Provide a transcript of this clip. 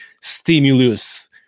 stimulus